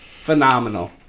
phenomenal